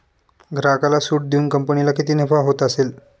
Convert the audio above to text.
ग्राहकाला सूट देऊन कंपनीला किती नफा होत असेल